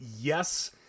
yes